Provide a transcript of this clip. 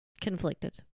conflicted